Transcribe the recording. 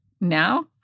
Now